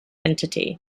entity